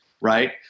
Right